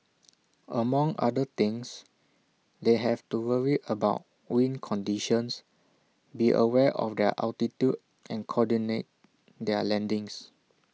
among other things they have to worry about wind conditions be aware of their altitude and coordinate their landings